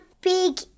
big